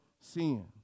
sin